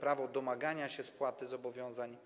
Prawo domagania się spłaty zobowiązań